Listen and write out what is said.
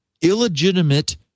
illegitimate